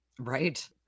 Right